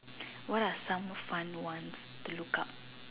what are some fun ones to look up